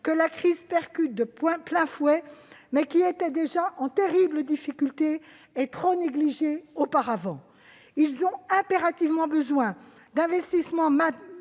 que la crise percute de plein fouet, mais qui étaient déjà en terrible difficulté et trop négligés auparavant. Ils ont impérativement besoin d'investissements